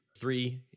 three